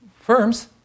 firms